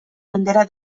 mendera